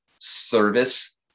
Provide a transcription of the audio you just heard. service